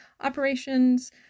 operations